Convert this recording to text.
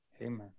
Amen